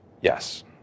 Yes